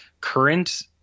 current